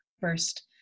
first